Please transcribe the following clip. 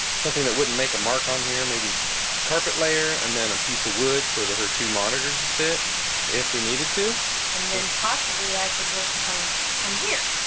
something that wouldn't make a mark on here maybe carpet layer and then a piece of wood for the her two monitors to sit if we needed to and then possibly i can work from from here